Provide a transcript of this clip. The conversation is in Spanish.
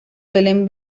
suelen